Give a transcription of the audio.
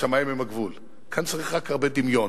השמים הם הגבול, כאן צריך רק הרבה דמיון.